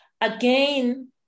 Again